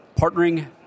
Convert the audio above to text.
partnering